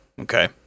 Okay